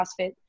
crossfit